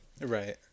Right